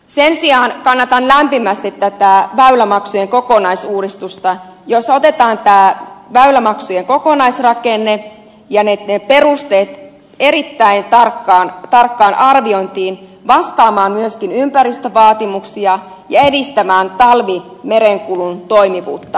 sen sijaan kannatan lämpimästi tätä väylämaksujen kokonaisuudistusta jossa otetaan tämä väylämaksujen kokonaisrakenne ja ne perusteet erittäin tarkkaan arviointiin vastaamaan myöskin ympäristövaatimuksia ja edistämään talvimerenkulun toimivuutta